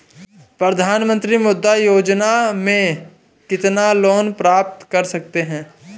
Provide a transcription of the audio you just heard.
प्रधानमंत्री मुद्रा योजना में कितना लोंन प्राप्त कर सकते हैं?